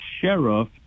sheriff